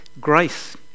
grace